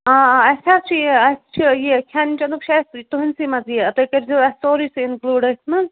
آ آ اسہِ حظ چھُ یہِ اسہِ چھُ یہِ کھیٚن چیٚنُک چھُ اسہِ تُہنٛدسٕے منٛز یہِ تُہۍ کٔرۍ زیٛو اسہِ سورُے سُہ اِنکلوٗڈ أتھۍ منٛز